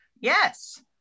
yes